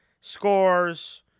scores